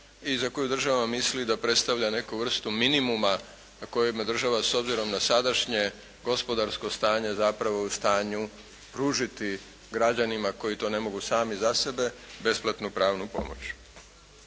i za koji država misli da predstavlja neku vrstu minimuma kojim je država s obzirom na sadašnje gospodarsko stanje zapravo u stanju pružiti građanima koji to ne mogu sami za sebe besplatnu pravnu pomoć.